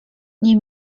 nie